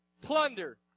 Plunder